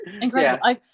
incredible